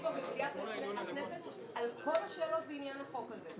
השיבה במליאת הכנסת על כל השאלות בעניין החוק הזה.